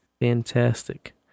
Fantastic